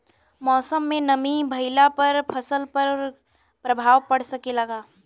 मौसम में नमी भइला पर फसल पर प्रभाव पड़ सकेला का?